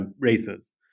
races